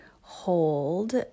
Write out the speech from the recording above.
hold